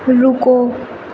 رکو